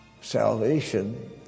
salvation